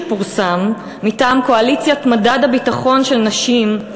שפורסם מטעם קואליציית מדד הביטחון של נשים,